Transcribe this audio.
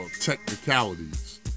technicalities